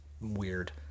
weird